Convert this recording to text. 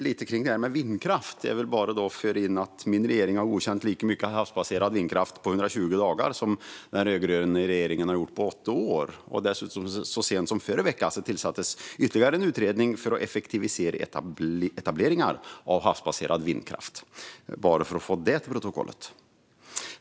Det handlar alltså om vindkraft, och jag vill få fört till protokollet att min regering har godkänt lika mycket havsbaserad vindkraft på 120 dagar som den rödgröna regeringen gjorde på åtta år. Så sent som i förra veckan tillsattes dessutom ytterligare en utredning för att effektivisera etableringar av havsbaserad vindkraft.